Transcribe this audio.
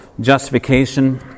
justification